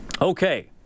Okay